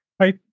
Hi